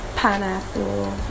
Pineapple